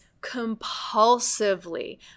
compulsively